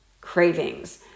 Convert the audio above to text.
cravings